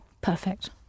Perfect